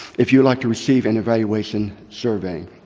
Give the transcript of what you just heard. if you would like to receive an evaluation survey.